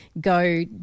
go